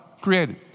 created